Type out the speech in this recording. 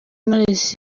knowless